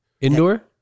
Indoor